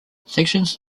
sections